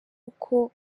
uko